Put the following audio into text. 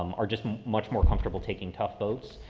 um are just much more comfortable taking tough votes.